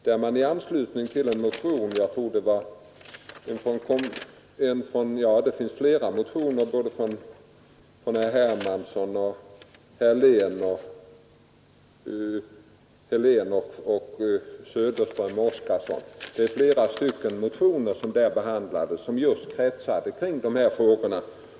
Det skedde i anslutning till flera motioner, från såväl herr Hermansson som herrar Helén Söderström och Oskarson, vilka motioner just kretsade kring dessa frågor.